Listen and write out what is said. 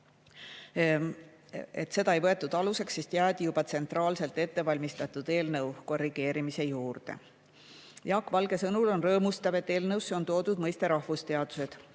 et seda ei võetud aluseks, jäädi tsentraalselt ettevalmistatud eelnõu korrigeerimise juurde. Jaak Valge sõnul on rõõmustav, et eelnõusse on toodud mõiste "rahvusteadused",